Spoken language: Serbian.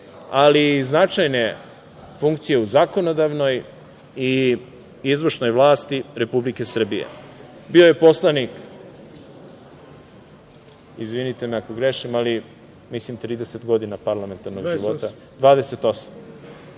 ali i značajne funkcije u zakonodavnoj i izvršnoj vlasti Republike Srbije. Bio je poslanik, izvinite ako grešim, ali mislim 30 godina parlamentarnog života?(Ivica